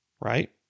right